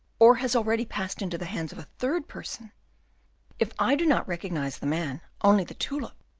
or has already passed into the hands of a third person if i do not recognize the man, only the tulip,